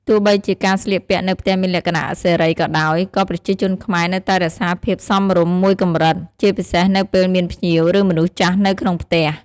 ទោះបីជាការស្លៀកពាក់នៅផ្ទះមានលក្ខណៈសេរីក៏ដោយ ក៏ប្រជាជនខ្មែរនៅតែរក្សាភាពសមរម្យមួយកម្រិត ជាពិសេសនៅពេលមានភ្ញៀវ ឬមនុស្សចាស់នៅក្នុងផ្ទះ។